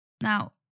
Now